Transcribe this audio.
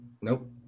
Nope